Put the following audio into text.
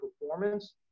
performance